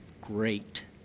great